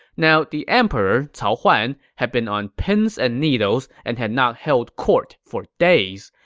now, the emperor, cao huan, had been on pins and needles and had not held court for days.